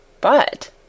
But